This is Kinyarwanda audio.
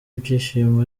ibyishimo